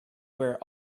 were